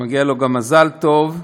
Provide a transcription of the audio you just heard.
שמגיע לו גם מזל טוב,